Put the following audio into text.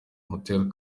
hotel